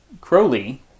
crowley